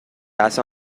اصلا